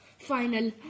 final